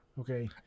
okay